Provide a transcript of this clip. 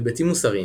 היבטים מוסריים